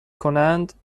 کنند